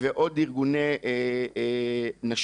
ועוד ארגוני נשים.